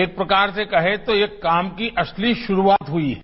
एक प्रकार से कहें तो यह काम की असली शुरूआत हुई है